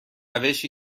روشی